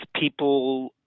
people